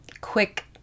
quick